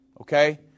okay